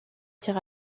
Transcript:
tir